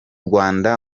rwanda